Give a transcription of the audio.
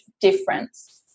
difference